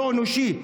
לא אנושי,